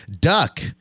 duck